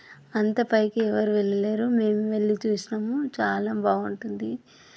అంత పైకి ఎవరు వెళ్ళలేరు మేము వెళ్ళి చూసినాము చాలా బాగుంటుంది